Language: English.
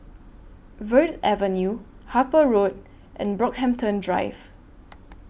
Verde Avenue Harper Road and Brockhampton Drive